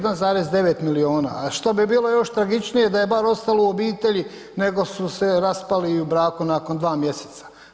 1,9 milijuna, a što bi bilo još tragičnije da je bar ostalo u obitelji, nego su se raspali i u braku nakon dva mjeseca.